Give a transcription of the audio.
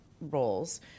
roles